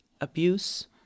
abuse